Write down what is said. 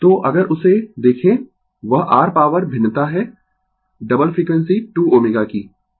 तो अगर उसे देखें वह r पॉवर भिन्नता है डबल फ्रीक्वेंसी 2 ω की